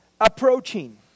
approaching